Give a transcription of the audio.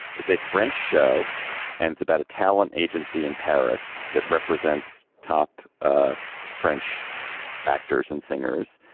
it's a french show and it's about a talent agency in paris that represents top ah french actors and singers.